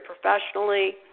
professionally